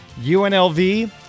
UNLV